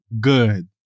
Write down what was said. good